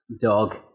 dog